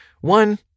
One